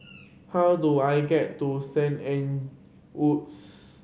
how do I get to Saint Anne Woods